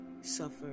suffer